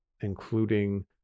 including